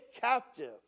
captive